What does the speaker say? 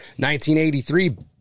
1983